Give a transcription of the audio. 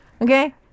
Okay